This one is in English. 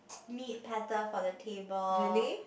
meat platter for the table